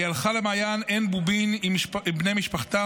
היא הלכה למעיין עין בובין עם בני משפחתה,